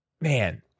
man